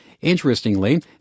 interestingly